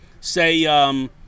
say